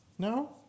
No